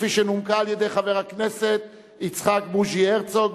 כפי שנומקה על-ידי חבר הכנסת יצחק בוז'י הרצוג,